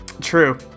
True